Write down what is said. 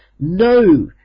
No